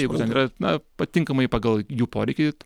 jeigu ten yra na patinkamai pagal jų poreikį